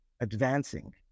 advancing